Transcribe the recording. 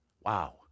Wow